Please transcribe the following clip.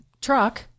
truck